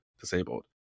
disabled